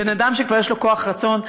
בן אדם שכבר יש לו כוח רצון,